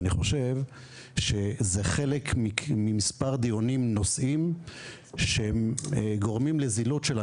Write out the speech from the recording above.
אני חושב שזה חלק ממספר דיונים או נושאים שגורמים לזילות של המקצוע.